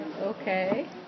Okay